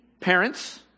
parents